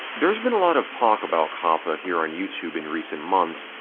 there's been a lot of talk about coppa here on youtube in recent months,